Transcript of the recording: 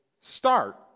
start